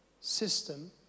system